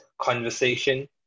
conversation